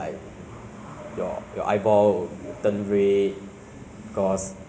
and then once your eyes feel tired your whole entire body